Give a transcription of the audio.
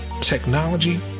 technology